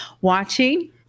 watching